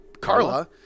Carla